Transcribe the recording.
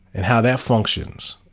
and how that functions,